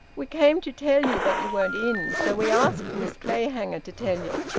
we came to tell you, but you weren't in. so we asked miss clayhanger to tell you.